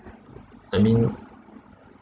I mean